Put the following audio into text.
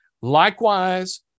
Likewise